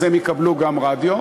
אז הם יקבלו גם רדיו,